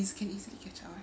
izz can easily catch up eh